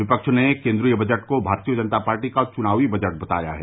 विपक्ष ने केन्द्रीय बजट को भारतीय जनता पार्टी का चुनावी बजट बताया है